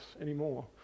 anymore